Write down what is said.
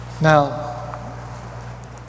Now